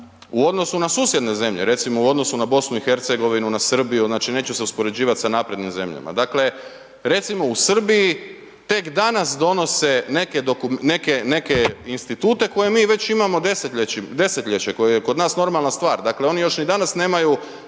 u odnosu na susjedne zemlje, recimo u odnosu na BiH-a, na Srbiju, znači neće se uspoređivati sa naprednim zemljama. Dakle recimo u Srbiji tek danas donose neke institute koje mi već imamo desetljeće, koje je kod nas normalna stvar, dakle oni još ni danas nemaju